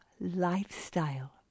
lifestyle